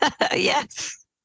yes